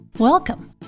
Welcome